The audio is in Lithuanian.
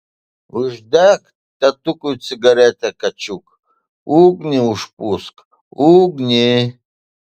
uždek tėtukui cigaretę kačiuk ugnį užpūsk ugnį